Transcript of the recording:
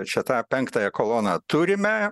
čia tą penktąją koloną turime